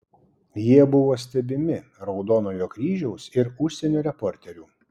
jie buvo stebimi raudonojo kryžiaus ir užsienio reporterių